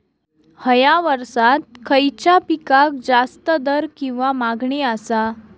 हया वर्सात खइच्या पिकाक जास्त दर किंवा मागणी आसा?